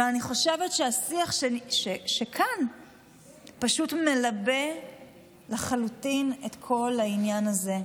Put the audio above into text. ואני חושבת שהשיח שכאן פשוט מלבה לחלוטין את כל העניין הזה.